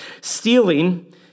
stealing